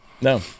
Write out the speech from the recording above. No